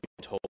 told